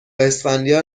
اسفندیار